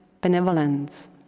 benevolence